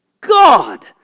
God